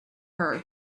her